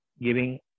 giving